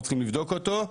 אנחנו צריכים לבדוק אותו,